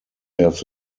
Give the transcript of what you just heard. have